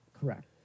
Correct